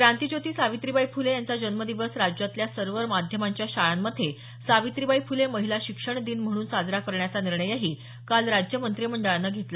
क्रांतिज्योती सावित्रीबाई फुले यांचा जन्म दिवस राज्यातल्या सर्व माध्यमांच्या शाळांमध्ये सावित्रीबाई फुले महिला शिक्षण दिन म्हणून साजरा करण्याचा निर्णयही काल राज्यमंत्रिमंडळानं घेतला